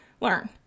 learn